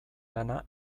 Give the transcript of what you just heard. lana